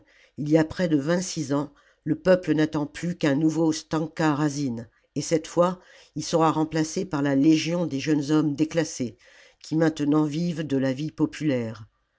il y a près de vingt-six ans le peuple n'attend plus qu'un nouveau stanka razine et cette fois il sera remplacé par la légion des jeunes hommes déclassés qui maintenant vivent de la vie populaire